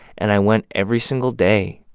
and i went every single day,